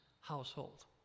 household